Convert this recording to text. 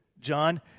John